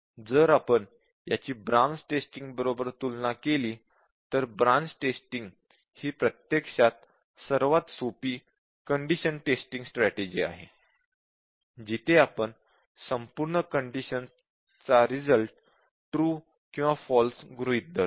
जर आपण याची ब्रांच टेस्टिंग बरोबर तुलना केली तर ब्रांच टेस्टिंग ही प्रत्यक्षात सर्वात सोपी कंडिशन टेस्टिंग स्ट्रॅटेजि आहे जिथे आपण संपूर्ण कंडिशन चा रिज़ल्ट ट्रू किंवा फॉल्स गृहीत धरतो